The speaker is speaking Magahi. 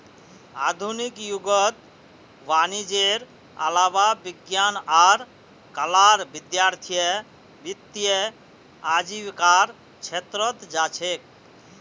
आधुनिक युगत वाणिजयेर अलावा विज्ञान आर कलार विद्यार्थीय वित्तीय आजीविकार छेत्रत जा छेक